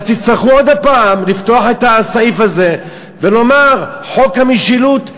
תצטרכו עוד פעם לפתוח את הסעיף הזה ולומר: חוק המשילות,